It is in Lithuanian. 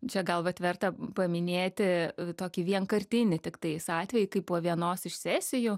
čia gal vat verta paminėti tokį vienkartinį tiktais atvejį kai po vienos iš sesijų